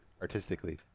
artistically